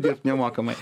dirbt nemokamai